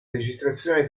registrazioni